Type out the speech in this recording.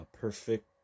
perfect